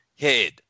head